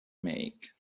make